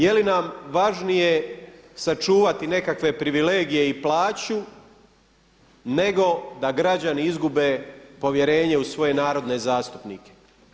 Je li nam važnije sačuvati nekakve privilegije i plaću, nego da građani izgube povjerenje u svoje narodne zastupnike.